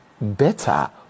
better